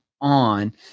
on